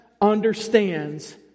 understands